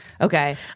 Okay